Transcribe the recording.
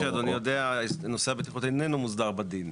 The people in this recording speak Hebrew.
כפי שאדוני יודע, נושא הבטיחות איננו מוסדר בדין.